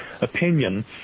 opinion